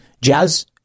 jazz